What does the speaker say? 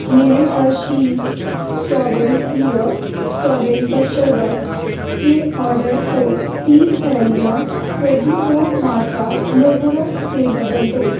میرے Hershey's strawberry syrup strawberry کا شربت کے آرڈر کو تیس تھیلیاں ٹوینٹی فور ماترا مرمرہ سے بدل دو